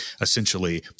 essentially